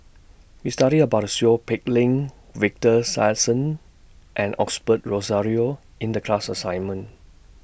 We studied about Seow Peck Leng Victor Sassoon and Rozario in The class assignment